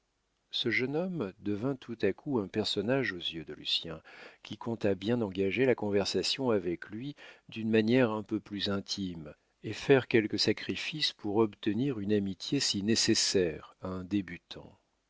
ce jeune homme devint tout à coup un personnage aux yeux de lucien qui compta bien engager la conversation avec lui d'une manière un peu plus intime et faire quelques sacrifices pour obtenir une amitié si nécessaire à un débutant